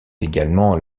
également